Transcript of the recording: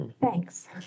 Thanks